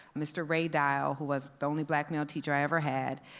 mr. ray dial who was the only black male teacher i ever had,